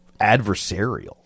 adversarial